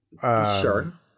Sure